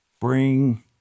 Bring